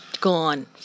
gone